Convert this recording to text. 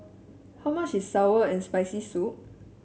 how much is sour and Spicy Soup